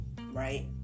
right